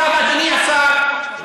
בסדר, אז בואו ניתן, יש לו שלוש דקות.